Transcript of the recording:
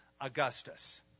Augustus